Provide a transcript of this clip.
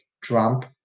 Trump